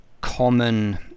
common